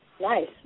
Nice